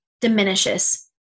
diminishes